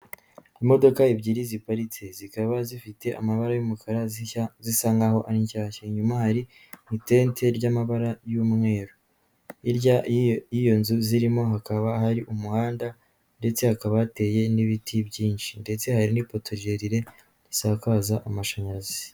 Imodoka ebyiri ziparitse, zikaba zifite amabara y'umukara zisa nk'aho ari nshyashya, inyuma hari itente ry'amabara y'umweru, hirya y'iyo nzu zirimo hakaba hari umuhanda ndetse hakaba hateye n'ibiti byinshi, ndetse hari n'ipoto rirerire risakaza amashanyarazi.